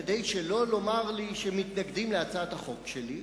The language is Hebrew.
כדי שלא לומר לי שמתנגדים להצעות החוק שלי.